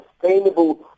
sustainable